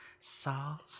sauce